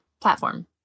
platform